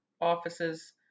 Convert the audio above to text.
offices